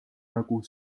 nagu